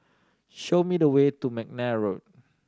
show me the way to McNair Road